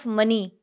money